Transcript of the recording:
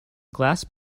glass